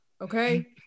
okay